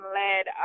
led